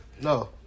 No